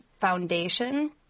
foundation